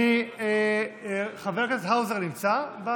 אני אפנה למזכירות.